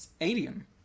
alien